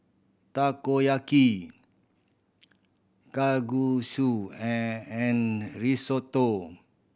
Takoyaki Kalguksu and Risotto